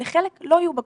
לחלק לא תהיה בגרות,